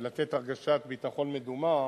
ולתת הרגשת ביטחון מדומה